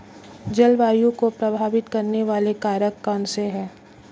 जलवायु को प्रभावित करने वाले कारक कौनसे हैं?